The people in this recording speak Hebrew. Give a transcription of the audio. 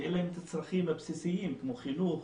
שאין להם את הצרכים הבסיסיים כמו חינוך